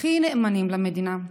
הכי נאמנים למדינה.